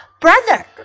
Brother